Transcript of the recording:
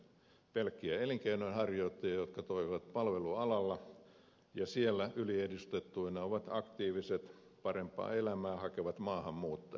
ne ovat hyvin usein pelkkiä elinkeinonharjoittajia jotka toimivat palvelualalla ja siellä yliedustettuina ovat aktiiviset parempaa elämää hakevat maahanmuuttajat